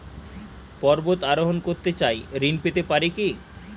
পর্বত আরোহণ করতে চাই ঋণ পেতে পারে কি?